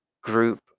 group